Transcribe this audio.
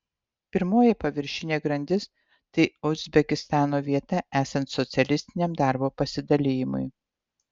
pirmoji paviršinė grandis tai uzbekistano vieta esant socialistiniam darbo pasidalijimui